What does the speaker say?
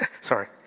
Sorry